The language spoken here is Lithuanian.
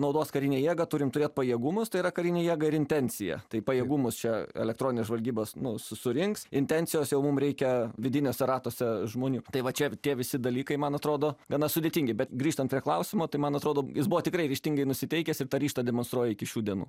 naudos karinę jėgą turim turėt pajėgumus tai yra karinę jėgą ir intenciją tai pajėgumus čia elektroninės žvalgybos nu surinks intencijos jau mum reikia vidiniuose ratuose žmonių tai va čia tie visi dalykai man atrodo gana sudėtingi bet grįžtant prie klausimo tai man atrodo jis buvo tikrai ryžtingai nusiteikęs ir tą ryžtą demonstruoja iki šių dienų